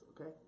okay